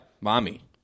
mommy